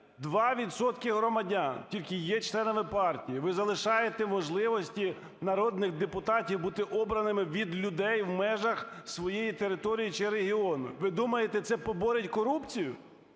громадян тільки є членами партії. Ви залишаєте можливості народних депутатів бути обраними від людей в межах своєї території чи регіону. Ви думаєте, це поборе корупцію?